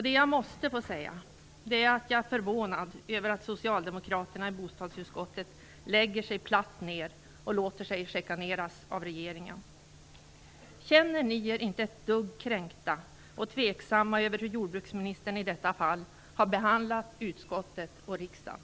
Det jag måste få säga, är att jag är förvånad över att socialdemokraterna i bostadsutskottet lägger sig platt ned och låter sig chikaneras av regeringen. Känner ni er inte ett dugg kränkta och tveksamma över hur jordbruksministern i detta fall har behandlat utskottet och riksdagen?